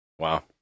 Wow